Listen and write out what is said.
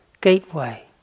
gateway